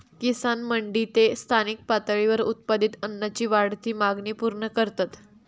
किसान मंडी ते स्थानिक पातळीवर उत्पादित अन्नाची वाढती मागणी पूर्ण करतत